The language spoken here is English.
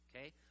okay